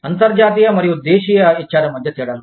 అంతర్జాతీయ మరియు దేశీయ HRM మధ్య తేడాలు